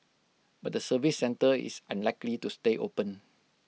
but the service centre is unlikely to stay open